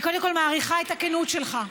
אני קודם כול מעריכה את הכנות שלך,